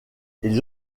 ils